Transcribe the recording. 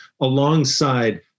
alongside